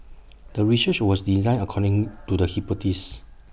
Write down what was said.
the research was designed according to the hypothesis